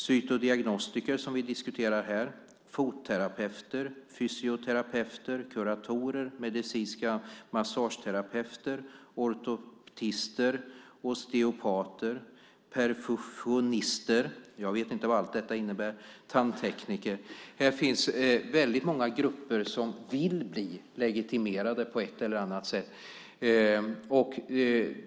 Cytodiagnostiker, som vi diskuterar här, fotterapeuter, fysioterapeuter, kurotorer, medicinska massageterapeuter, ortoptister, osteopater, perfusionister - jag vet inte vad allt detta innebär - tandtekniker. Här finns väldigt många grupper som vill bli legitimerade på ett eller annat sätt.